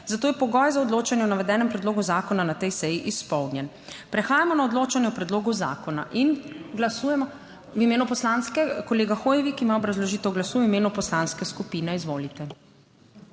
(NB) – 14.35 (Nadaljevanje) predlogu zakona na tej seji izpolnjen. Prehajamo na odločanje o predlogu zakona in glasujemo ... V imenu poslanske, kolega Hoivik ima obrazložitev glasu v imenu poslanske skupine, izvolite.